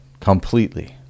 completely